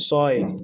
ছয়